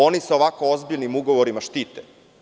Oni sa ovako ozbiljnim ugovorima štite.